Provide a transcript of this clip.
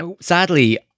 sadly